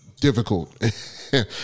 difficult